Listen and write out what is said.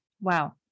Wow